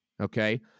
okay